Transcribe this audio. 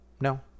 No